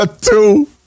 two